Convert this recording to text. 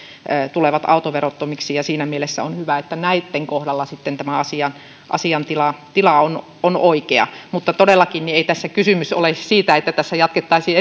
tulevat autoverottomiksi ja siinä mielessä on hyvä että näitten kohdalla sitten tämä asiantila on on oikea mutta todellakin ei tässä kysymys ole siitä että tässä jatkettaisiin